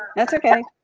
that's okay.